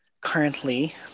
currently